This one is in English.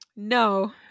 No